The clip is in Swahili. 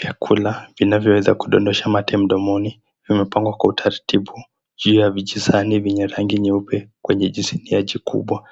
Chakula vinavyo weza kudondosha mate mdomoni vimepangwa kwa utaratibu. Juu ya vijisahani vyenye rangi nyeupe, kwenye jisinia jikubwa.